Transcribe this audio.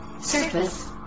surface